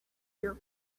your